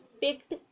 picked